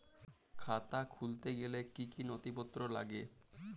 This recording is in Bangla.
খাতা খুলতে গেলে কি কি নথিপত্র লাগে?